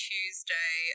Tuesday